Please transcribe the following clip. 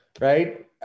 right